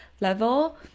level